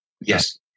yes